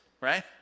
right